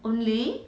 only